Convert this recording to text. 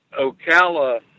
Ocala